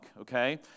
Okay